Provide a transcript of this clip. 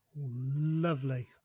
Lovely